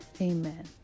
Amen